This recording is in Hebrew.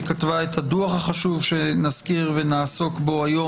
שכתבה את הדוח החשוב שנזכיר אותו ונעסוק בו היום,